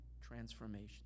transformation